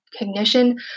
recognition